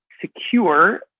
secure